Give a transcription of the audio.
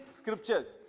scriptures